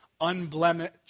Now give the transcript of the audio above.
unblemished